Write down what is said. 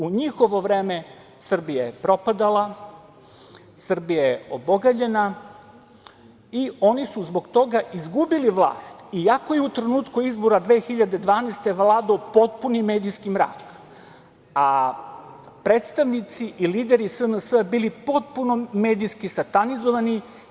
U njihovo vreme Srbija je propadala, Srbija je obogaljena i oni su zbog toga izgubili vlast, iako je u trenutku izbora 2012. godine vladao potpuni medijski mrak, a predstavnici i lideri SNS bili potpuno medijski satanizovani.